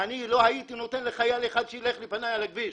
אני לא הייתי נותן לחייל אחד שיילך לפניי על הכביש.